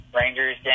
Rangers